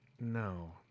No